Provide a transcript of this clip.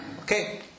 Okay